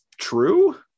true